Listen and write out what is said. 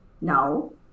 No